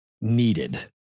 needed